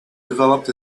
developed